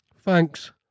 thanks